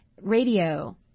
Radio